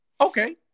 Okay